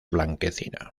blanquecina